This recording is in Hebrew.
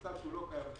מצב שלא קיים,